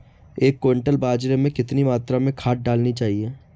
एक क्विंटल बाजरे में कितनी मात्रा में खाद डालनी चाहिए?